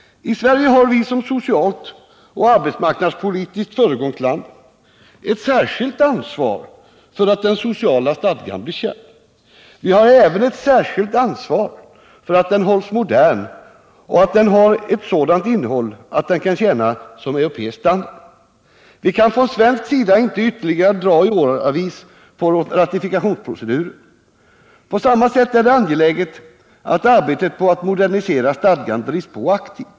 I Sverige har vi som socialt och arbetsmarknadspolitiskt föregångsland ett särskilt ansvar för att den sociala stadgan blir känd. Vi har även ett särskilt ansvar för att den hålls modern och att den har sådant innehåll, att den kan tjäna som europeisk standard. Vi kan från svensk sida inte ytterligare dra ut i åratal på ratifikationsproceduren. På samma sätt är det angeläget att arbetet på att modernisera stadgan drivs på aktivt.